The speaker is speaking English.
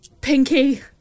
Pinky